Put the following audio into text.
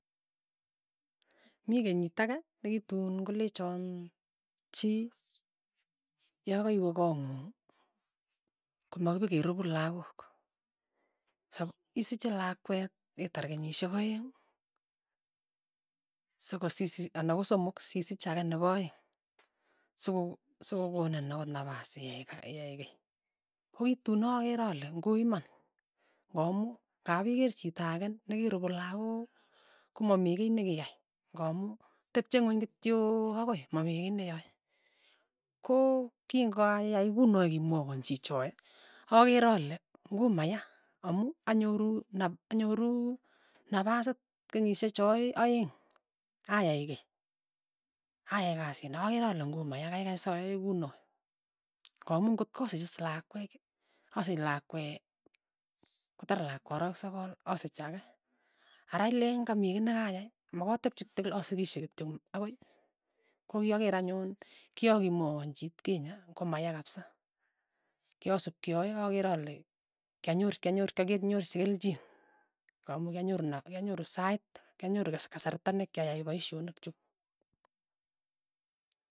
Mi kenyit ake nekituun kolechon chii yakaiwe kong'ung komakeperupu lakok, sap isiche lakwet itar kenyishek aeng' sikosich anan ko somok sisich ake nepo aeng', soko sokokonin ang'ot nafas iin iyae kiy, ko itun akeer ale ng'u iman, kamu, ng'ap ikeer chito ake nekirupu lakok, komamii kei ne kiyai, kamu tepche ing'weny kityo akoi, mamii kei ne yae, ko king'ayai kunoe kimwaiywa chichoe, akeer ale ng'u maya amu anyoru nap anyoru napasit kenyishe choee aeng', ayai kei, ayai kasit akeer ale ng'u maya, kaikai sa yae kuno, kamu ng'ot kasich is lakwet, asich lakwet kotar lakwet arawek sokol, asich ake, ara ilen ka mii kiy nekayai, makatepchi asikishe kityok akoi, ko kyakeer anyun kyakimwawan chitkinyei komaya kapsa, kyasup kiyoyo aker ale kyanyor kelchin, kamu kyanyoru naf kyanyoru sait, kyanyoru kas- kasarta nekyayai paishonik chuk.